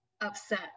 upset